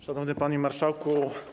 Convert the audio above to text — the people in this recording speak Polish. Szanowny Panie Marszałku!